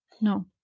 No